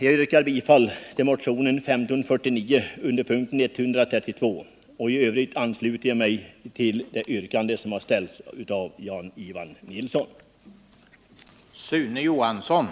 Jag yrkar bifall till motionen 1549 under punkten 132 och ansluter mig i övrigt till Jan-Ivan Nilssons yrkande.